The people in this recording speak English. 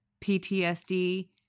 PTSD